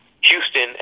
Houston